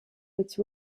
which